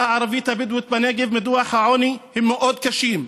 הערבית-הבדואית בנגב בדוח העוני הם מאוד קשים.